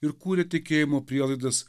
ir kūrė tikėjimo prielaidas